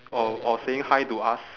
or or saying hi to us